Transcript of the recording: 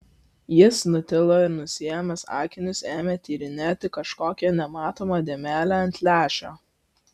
jis nutilo ir nusiėmęs akinius ėmė tyrinėti kažkokią nematomą dėmelę ant lęšio